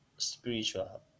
spiritual